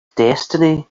destiny